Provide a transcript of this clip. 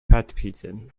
baptism